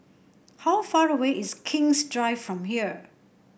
how far away is King's Drive from here